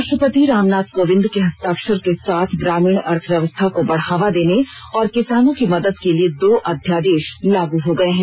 राष्ट्रपति राम नाथ कोविंद के हस्ताक्षर के साथ ग्रामीण अर्थव्यवस्था को बढ़ावा देने और किसानों की मदद के लिये दो अध्यादेश लागू हो गए हैं